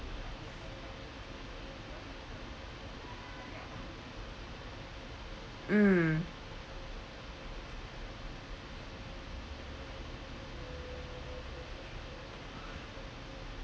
mm